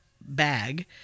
bag